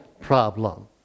problem